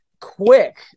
quick